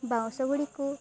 ବାଉଁଶ ଗୁଡ଼ିକୁ